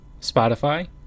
Spotify